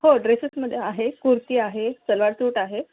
हो ड्रेसेसमध्ये आहे कुर्ती आहे सलवार सूट आहे